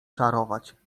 czarować